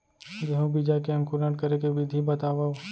गेहूँ बीजा के अंकुरण करे के विधि बतावव?